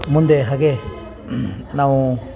ಮುಂದೆ ಹಾಗೇ ನಾವು